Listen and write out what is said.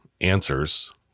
answers